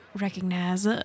recognize